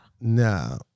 No